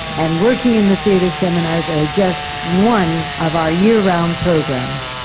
and working in the theatre seminars are just one of our year-round programs.